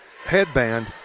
Headband